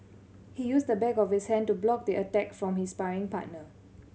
he used the back of his hand to block the attack from his sparring partner